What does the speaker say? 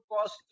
cost